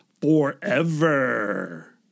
forever